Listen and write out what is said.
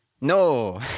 No